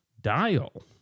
dial